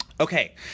Okay